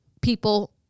people